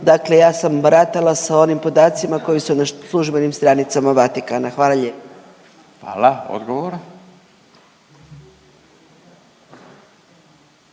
dakle ja sam baratala sa onim podacima koji su na službenim stranicama Vatikana. Hvala lijepo. **Radin,